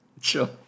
Sure